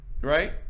Right